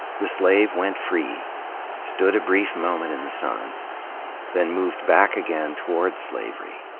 the slave went free stood a brief moment in the sun then moved back again toward slavery,